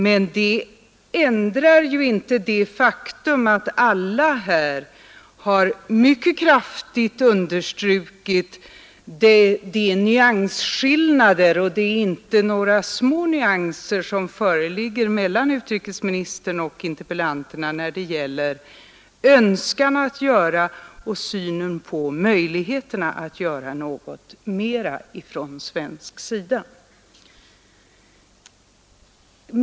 Men det ändrar ju inte det faktum att alla här har mycket kraftigt understrukit de nyansskillnader — och de är inte små — som föreligger mellan utrikesministern och interpellanterna, när det gäller önskan att göra och synen på möjligheterna att göra något mera ifrån svensk sida.